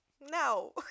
no